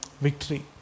victory